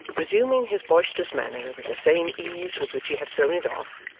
resuming his boisterous manner with the same ease with which he had thrown it off,